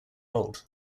old